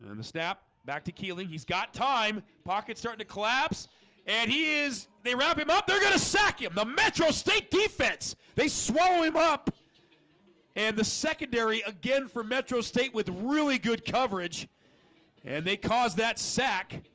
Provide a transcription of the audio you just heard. and the snap back to keeley he's got time pocket starting to collapse and he is they wrap him up they're gonna sack him the metro state defense. they swallow him up and the secondary again for metro state with really good coverage and they caused that sack